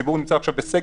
הציבור נמצא בסגר,